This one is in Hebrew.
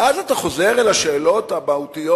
ואז אתה חוזר אל השאלות המהותיות,